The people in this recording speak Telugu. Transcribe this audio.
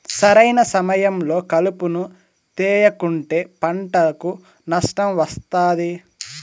సరైన సమయంలో కలుపును తేయకుంటే పంటకు నష్టం వస్తాది